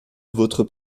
votre